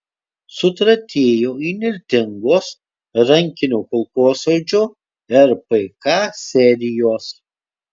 sutratėjo įnirtingos rankinio kulkosvaidžio rpk serijos